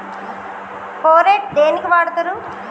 Phorate దేనికి వాడుతరు?